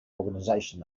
organization